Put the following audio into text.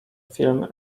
film